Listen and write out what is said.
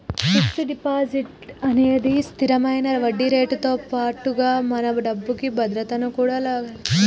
fixed deposit అనేది స్తిరమైన వడ్డీరేటుతో పాటుగా మన డబ్బుకి భద్రతను కూడా కల్పిత్తది